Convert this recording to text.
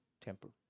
temple